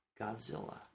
Godzilla